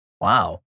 Wow